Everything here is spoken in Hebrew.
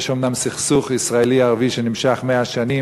יש אומנם סכסוך ישראלי-ערבי שנמשך 100 שנים,